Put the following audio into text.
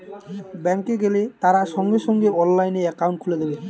bank এ গেলে তারা সঙ্গে সঙ্গে অনলাইনে একাউন্ট খুলে দেবে